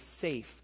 safe